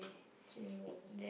Chin-Wei